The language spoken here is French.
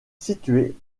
située